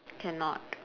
cannot